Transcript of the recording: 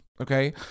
okay